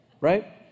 right